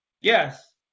yes